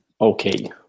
Okay